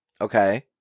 Okay